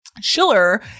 Schiller